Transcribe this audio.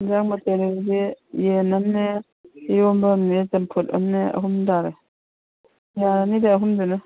ꯑꯦꯟꯁꯥꯡ ꯃꯊꯦꯟ ꯑꯗꯨꯗꯤ ꯌꯦꯟ ꯑꯃꯅꯦ ꯏꯔꯣꯟꯕ ꯑꯃꯅꯦ ꯆꯝꯐꯨꯠ ꯑꯃꯅꯦ ꯑꯍꯨꯝ ꯇꯥꯔꯦ ꯌꯥꯔꯅꯤꯗ ꯑꯍꯨꯝꯗꯨꯅ